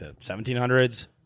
1700s